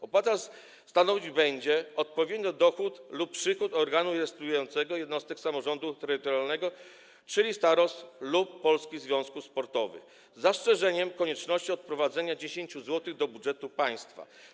Opłata będzie stanowić odpowiednio dochód lub przychód organu rejestrującego - jednostek samorządu terytorialnego, czyli starostw, lub polskich związków sportowych, z zastrzeżeniem konieczności odprowadzenia 10 zł do budżetu państwa.